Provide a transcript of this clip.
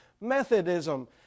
Methodism